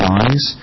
eyes